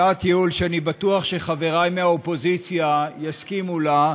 הצעת ייעול שאני בטוח שחברי מהאופוזיציה יסכימו לה,